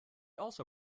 also